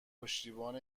پشتیبان